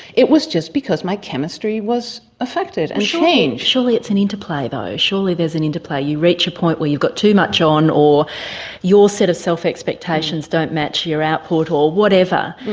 it was just because my chemistry was affected and changed. surely it's an interplay, though, surely there's an interplay, you reach a point where you've got too much on, or your set of self-expectations don't match your output, or whatever,